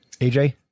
AJ